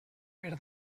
per